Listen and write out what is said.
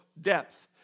depth